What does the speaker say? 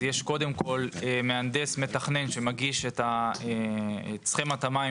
יש קודם כול מהנדס מתכנן שמגיש את סכמת המים